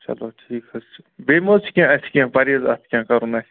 چلو ٹھیٖک حظ چھِ بیٚیہِ مہٕ حظ چھِ کیٚنٛہہ اَسہِ کیٚنٛہہ پرہیز اَتھ کیٚنٛہہ کرُن اَسہِ